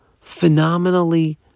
phenomenally